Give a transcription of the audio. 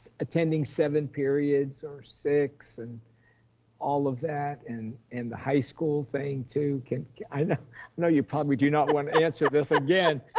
attending seven periods or six and all of that and and the high school thing too. i know know you probably do not want to answer this again,